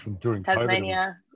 Tasmania